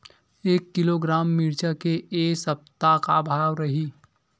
एक किलोग्राम मिरचा के ए सप्ता का भाव रहि?